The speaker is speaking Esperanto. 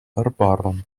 arbaron